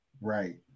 Right